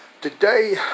Today